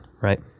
right